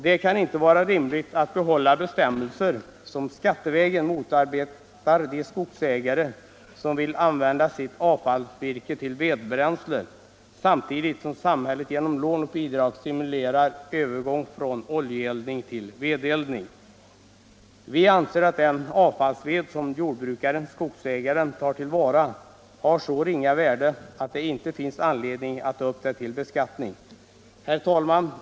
Det kan inte vara rimligt att behålla bestämmelser som skattevägen motarbetar de skogsägare som vill använda sitt avfallsvirke till vedbränsle, samtidigt som samhället genom lån och bidrag stimulerar till övergång från oljeledning till vedeldning. Vi anser att den avfallsved som jordbrukaren-skogsägaren tar till vara har så ringa värde att det inte finns anledning att ta upp detta till beskattning. Herr talman!